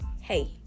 hey